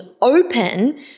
open